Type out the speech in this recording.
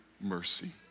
mercy